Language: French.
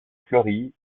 fleurie